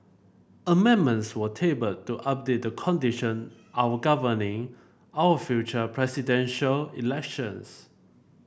amendments were tabled to update the condition our governing our future Presidential Elections